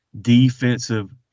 Defensive